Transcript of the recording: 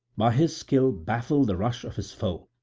by his skill baffled the rush of his foe,